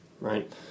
Right